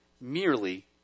merely